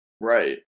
right